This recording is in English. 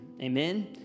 Amen